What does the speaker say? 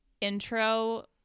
intro